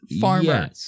farmer